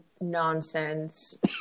nonsense